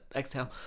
exhale